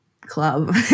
club